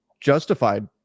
justified